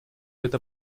это